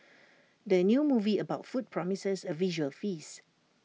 the new movie about food promises A visual feast